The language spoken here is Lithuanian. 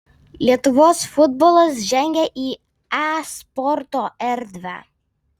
lietuvos futbolas žengia į e sporto erdvę